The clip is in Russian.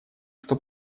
что